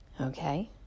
Okay